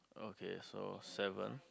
okay so seven